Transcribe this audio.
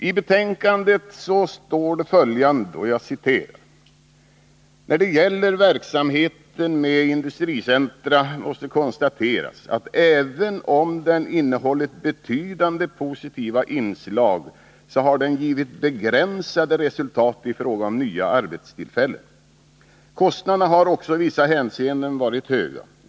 I betänkandet står det följande: ”När det gäller verksamheten med industricentra måste konstateras att även om den innehållit betydande positiva inslag så har den givit begränsade resultat i fråga om nya arbetstillfällen. Kostnaderna har också i vissa hänseenden varit höga.